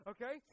Okay